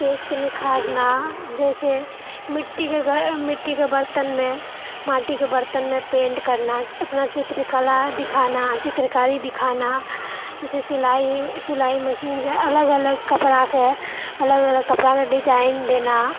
page पे निखारना जाहिसँ मिट्टीकेँ घड़ मिट्टीकेँ बर्तनमे माटिके बर्तनमे पेन्ट करना अपना चित्रकला दिखाना चित्रकारी दिखाना जाहिसँ सिलाइ सिलाइ मशीन से अलग अलग कपड़ाके अलग अलग कपड़ाके डिजाइन देना